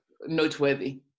noteworthy